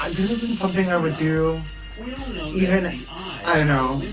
this isn't something i would do even ah i don't know,